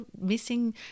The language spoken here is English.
missing